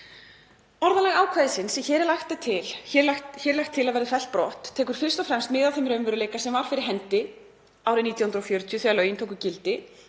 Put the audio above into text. Orðalag ákvæðisins sem hér er lagt til að verði fellt brott tekur fyrst og fremst mið af þeim raunveruleika sem var fyrir hendi árið 1940 þegar lögin tóku gildi,